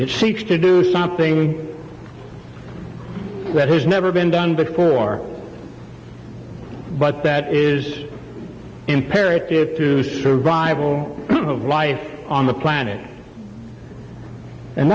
or seeks to do something that has never been done before that is imperative to survival of life on the planet and